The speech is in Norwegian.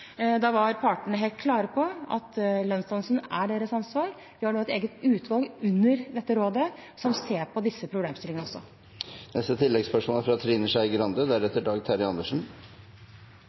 Da var partene helt klare på at lønnsdannelsen er deres ansvar. Vi har nå et eget utvalg under dette rådet som ser på disse problemstillingene.